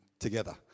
Together